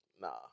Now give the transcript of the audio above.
nah